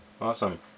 Awesome